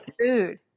food